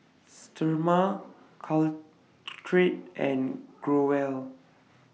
Sterimar Caltrate and Growell